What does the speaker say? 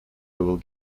level